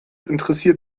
interessiert